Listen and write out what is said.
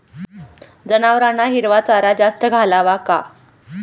जनावरांना हिरवा चारा जास्त घालावा का?